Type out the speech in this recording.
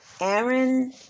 Aaron